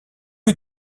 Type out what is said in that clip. est